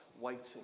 waiting